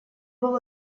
был